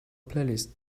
playlists